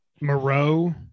Moreau